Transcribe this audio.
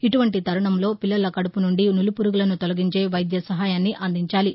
ఇటువంటి తరుణంలో పిల్లల కడుపు నుండి నులిపురుగులను తాలగించే వైద్య సహాయాన్ని అందించాలి